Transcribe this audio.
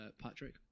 Patrick